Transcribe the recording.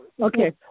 Okay